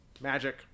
magic